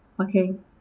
okay